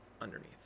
underneath